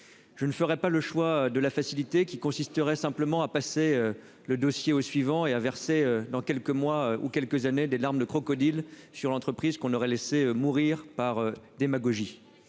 Je ne ferai pas le choix de la facilité qui consisterait simplement à passer le dossier au suivant et à verser dans quelques mois ou quelques années des larmes de crocodile sur l'entreprise qu'on aurait laissé mourir par démagogie